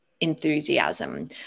enthusiasm